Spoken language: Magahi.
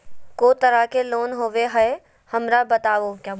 को तरह के लोन होवे हय, हमरा बताबो?